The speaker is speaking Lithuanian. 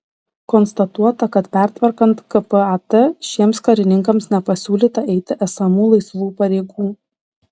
konstatuota kad pertvarkant kpat šiems karininkams nepasiūlyta eiti esamų laisvų pareigų